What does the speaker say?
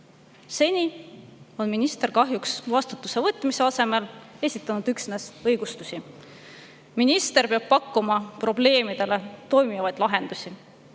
Seni on minister kahjuks vastutuse võtmise asemel üksnes õigustusi esitanud. Minister peab pakkuma probleemidele toimivaid lahendusi,